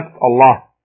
Allah